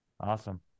Awesome